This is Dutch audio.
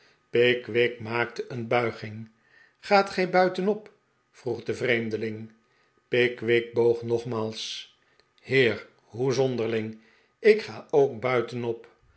pickwick maakte een buiging gaat gij buitenop vroeg de vreemdeling pickwick boog nogmaals heer hoe zonderling ik ga ook buitenop